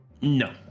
No